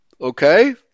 Okay